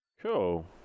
Cool